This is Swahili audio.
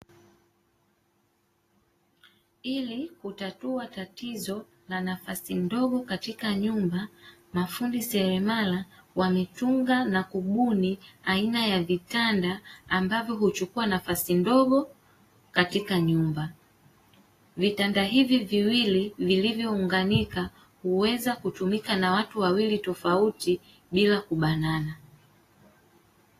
Ili kutatua tatizo la nafasi ndogo katika nyumba mafundi seremala wametunga na kubuni aina ya vitanda ambavyo huchukua nafasi ndogo katika nyumba. Vitanda hivi viwili vilivyounganika huweza kutumika na watu wawili tofauti bila kubanana.